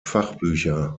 fachbücher